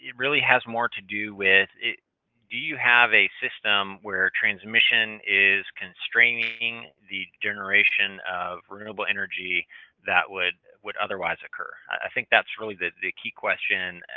really has more to do with do you have a system where transmission is constraining the generation of renewable energy that would would otherwise occur? i think that's really the the key question.